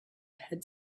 had